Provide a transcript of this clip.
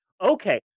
Okay